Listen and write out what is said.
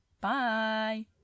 Bye